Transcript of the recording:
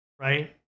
right